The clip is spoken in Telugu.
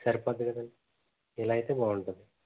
సరిపోతుంది కదండి ఇలా అయితే బాగుంటుంది